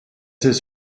his